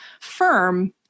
firm